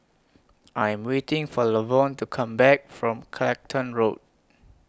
I Am waiting For Lavonne to Come Back from Clacton Road